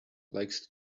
likes